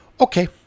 Okay